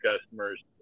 customers